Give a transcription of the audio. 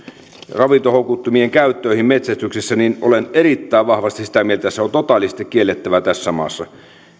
ravintohoukuttimien käyttöihin metsästyksessä niin olen erittäin vahvasti sitä mieltä että se on totaalisesti kiellettävä tässä maassa